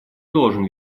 должен